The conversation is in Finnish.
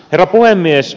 herra puhemies